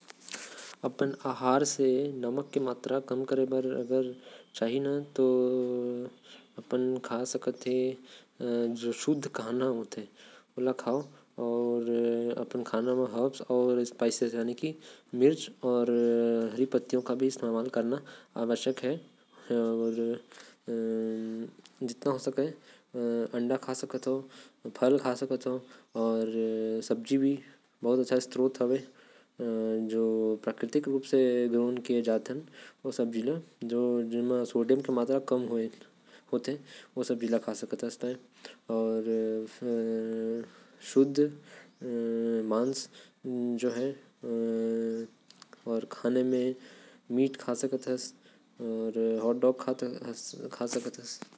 नमक के मात्रा कम करे। बर तोके शुद्ध खाना खाना पढ़ी। हरि सब्जी सादा सब्जी भी तोके खाना पढ़ी। अंडा अउ मसाला के मात्रा कम करे। से तोर काम हो जाहि।